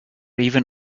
even